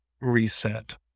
reset